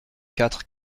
quatre